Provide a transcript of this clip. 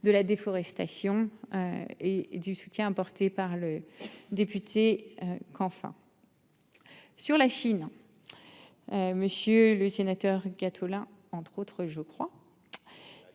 de la déforestation. Et et du soutien apporté par le député-. Qu'enfin. Sur la Chine. Monsieur le sénateur Gattolin entre autres je crois.